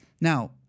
Now